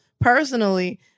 personally